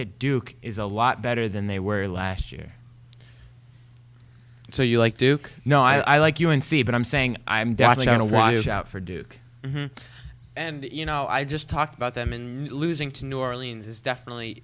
duke is a lot better than they were last year so you like duke no i like u n c but i'm saying i'm definitely going to watch out for duke and you know i just talked about them and losing to new orleans is definitely